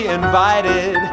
invited